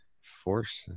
Force